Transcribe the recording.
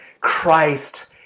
Christ